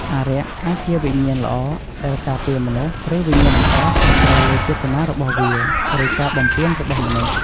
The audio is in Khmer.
អារក្សអាចជាវិញ្ញាណល្អដែលការពារមនុស្ស ឬវិញ្ញាណអាក្រក់ អាស្រ័យលើចេតនារបស់វា ឬការបំពានរបស់មនុស្ស។